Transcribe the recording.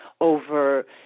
over